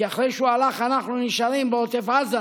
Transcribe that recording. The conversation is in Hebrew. כי אחרי שהוא הולך, אנחנו נשארים בעוטף עזה